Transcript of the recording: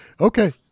Okay